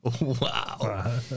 Wow